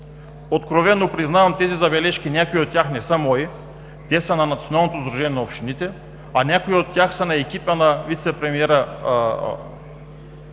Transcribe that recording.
Откровено признавам – тези забележки, някои от тях не са мои, те са на Националното сдружение на общините, а някои от тях са на екипа на вицепремиера,